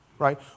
right